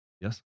yes